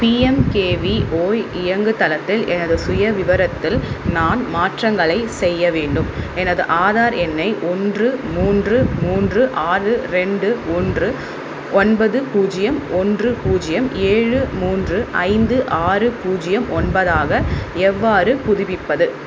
PMKVY இயங்குதளத்தில் எனது சுயவிவரத்தில் நான் மாற்றங்களை செய்ய வேண்டும் எனது ஆதார் எண்ணை ஒன்று மூன்று மூன்று ஆறு ரெண்டு ஒன்று ஒன்பது பூஜ்ஜியம் ஒன்று பூஜ்ஜியம் ஏழு மூன்று ஐந்து ஆறு பூஜ்ஜியம் ஒன்பதாக எவ்வாறு புதுப்பிப்பது